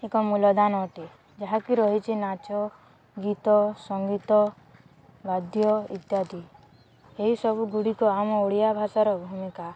ଏକ ମୂଲଦାନ ଅଟେ ଯାହାକି ରହିଛି ନାଚ ଗୀତ ସଙ୍ଗୀତ ବାଦ୍ୟ ଇତ୍ୟାଦି ଏହିସବୁଗୁଡ଼ିକ ଆମ ଓଡ଼ିଆ ଭାଷାର ଭୂମିକା